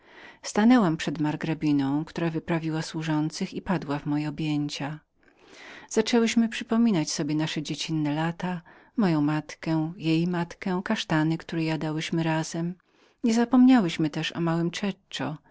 stanęłam przed margrabiną która wyprawiła służących i padła w moje objęcia zaczęłyśmy przypominać sobie nasze dziecinne lata moją matkę jej matkę kasztany które jadałyśmy razem niezapomniałyśmy też o małym